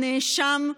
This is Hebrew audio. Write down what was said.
הנאשם,